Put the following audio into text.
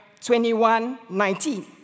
2119